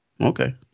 Okay